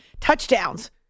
touchdowns